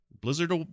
Blizzard